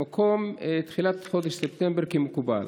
במקום תחילת חודש ספטמבר כמקובל.